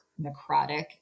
necrotic